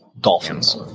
dolphins